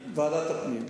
לוועדת הפנים.